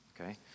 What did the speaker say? okay